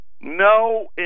no